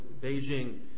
Beijing